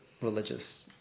religious